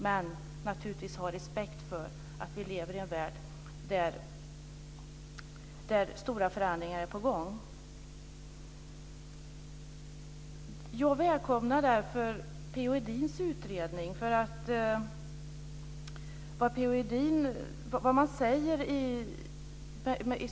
Men naturligtvis ska vi ha respekt för att vi lever vi i en värld där stora förändringar är på gång. Jag välkomnar därför P-O Edins utredning.